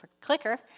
clicker